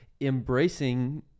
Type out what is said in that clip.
embracing